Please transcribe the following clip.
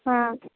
হুম